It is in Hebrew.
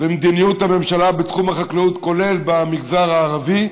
ומדיניות הממשלה בתחום החקלאות, כולל במגזר הערבי,